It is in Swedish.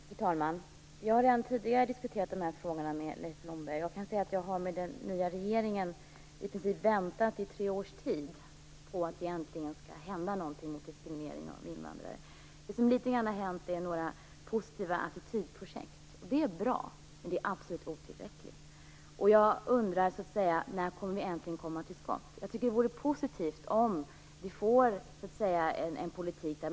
Fru talman! Jag har redan tidigare diskuterat dessa frågor med Leif Blomberg. Sedan den nya regeringen tillträdde har jag i princip väntat i tre års tid på att det äntligen skall hända någonting mot diskriminering av invandrare. Det som ändå har hänt är några positiva attitydprojekt. Det är bra, men det är absolut otillräckligt. Jag undrar när vi äntligen skall komma till skott.